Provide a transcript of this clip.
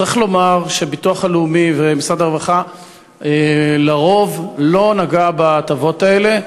צריך לומר שהביטוח הלאומי ומשרד הרווחה על-פי רוב לא נגעו בהטבות האלה,